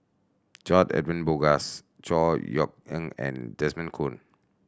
George Edwin Bogaars Chor Yeok Eng and Desmond Kon